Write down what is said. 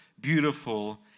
beautiful